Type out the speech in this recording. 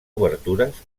obertures